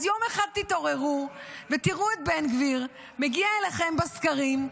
אז יום אחד תתעוררו ותראו את בן גביר מגיע אליכם בסקרים.